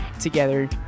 Together